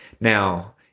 Now